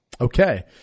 Okay